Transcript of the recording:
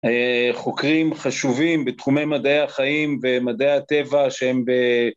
חוקרים חשובים בתחומי מדעי החיים ומדעי הטבע שהם